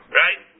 right